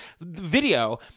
video